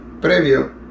previo